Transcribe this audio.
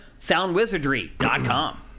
SoundWizardry.com